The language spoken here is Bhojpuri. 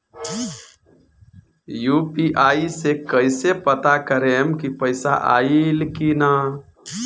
यू.पी.आई से कईसे पता करेम की पैसा आइल की ना?